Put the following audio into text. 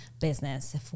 business